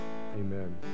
Amen